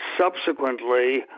subsequently